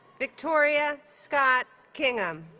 victoria scott kingham